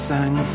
Sang